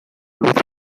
luz